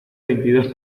veintidós